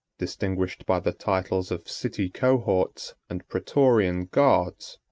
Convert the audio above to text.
distinguished by the titles of city cohorts and praetorian guards,